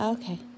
Okay